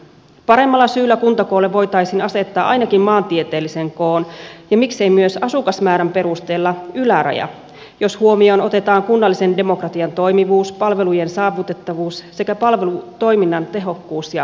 paremmalla syyllä kuntakoolle voitaisiin asettaa ainakin maantieteellisen koon ja miksei myös asukasmäärän perusteella yläraja jos huomioon otetaan kunnallisen demokratian toimivuus palvelujen saavutettavuus sekä toiminnan tehokkuus ja hallittavuus